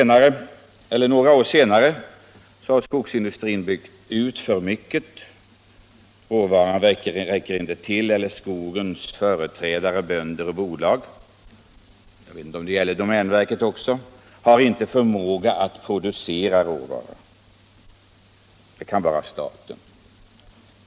Några år senare hade skogsindustrin byggt ut för mycket och råvaran räckte inte till eller också hade skogens företrädare — bönder och bolag eller möjligen domänverket — inte förmåga att producera tillräcklig mängd råvara.